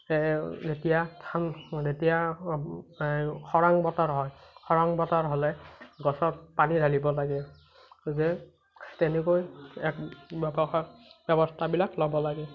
যেতিয়া ঠান যেতিয়া এই খৰাং বতৰ হয় খৰাং বতৰ হ'লে গছত পানী ঢালিব লাগে যে তেনেকৈ এক প্ৰকাৰ ব্যৱস্থাবিলাক ল'ব লাগে